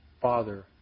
father